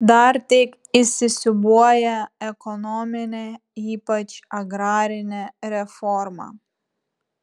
dar tik įsisiūbuoja ekonominė ypač agrarinė reforma